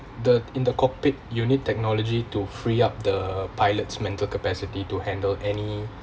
the in the cockpit unit technology to free up the pilots mental capacity to handle any